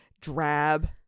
drab